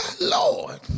Lord